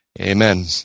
amen